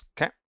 Okay